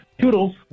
Toodles